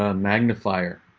ah magnifier,